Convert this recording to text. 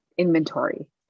inventory